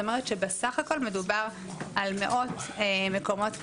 אומרת שבסך הכול מדובר על מאות מקומות כליאה.